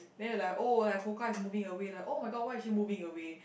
then we like oh like Foo-Kang is moving away like [oh]-my-god why is she moving away